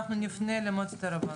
אנחנו נפנה למועצת הרבנות,